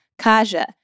Kaja